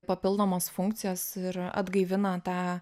papildomos funkcijos ir atgaivina tą